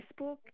Facebook